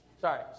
Sorry